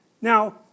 now